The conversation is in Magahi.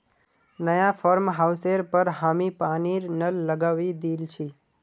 नया फार्म हाउसेर पर हामी पानीर नल लगवइ दिल छि